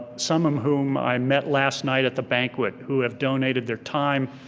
some of whom i met last night at the banquet who have donated their time,